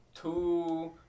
two